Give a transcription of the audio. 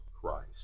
Christ